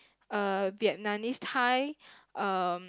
uh Vietnamese Thai um